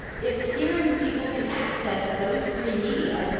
if hearing people can access those three media,